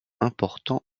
important